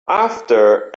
after